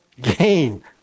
gain